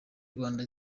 rwanda